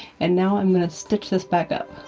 and now i'm gonna stitch this back up.